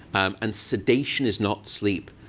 and sedation is not sleep.